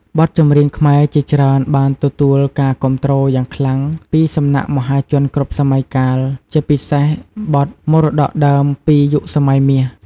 បទចម្រៀងខ្មែរជាច្រើនបានទទួលការគាំទ្រយ៉ាងខ្លាំងពីសំណាក់មហាជនគ្រប់សម័យកាល ជាពិសេសបទមរតកដើមពីយុគសម័យមាស។